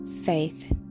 Faith